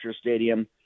stadium